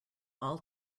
all